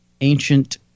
ancient